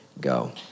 go